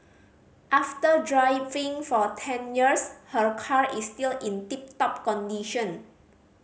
after driving for ten years her car is still in tip top condition